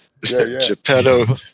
Geppetto